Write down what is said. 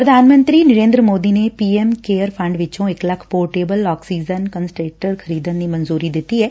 ਪ੍ਰਧਾਨ ਮੰਤਰੀ ਨਰੇਂਦਰ ਮੋਦੀ ਨੇ ਪੀ ਐਮ ਕੇਅਰ ਫੰਡ ਵਿਚੋਂ ਇਕ ਲੱਖ ਪੋਰਟੇਬਲ ਆਕਸੀਜਨ ਕੰਸਟਰੇਟਰ ਖਰੀਦਣ ਨ੍ ੰ ਮਨਜੁਰੀ ਦਿੱਤੀ ਐ